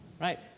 Right